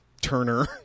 Turner